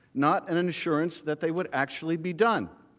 not an insurance that they would actually be done.